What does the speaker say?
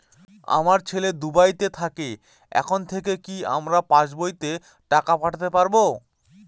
আমার ছেলে দুবাইতে থাকে ওখান থেকে কি আমার পাসবইতে টাকা পাঠাতে পারবে?